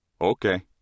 Okay